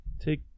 take